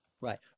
Right